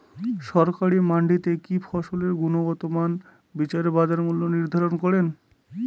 সরকারি মান্ডিতে কি ফসলের গুনগতমান বিচারে বাজার মূল্য নির্ধারণ করেন?